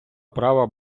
права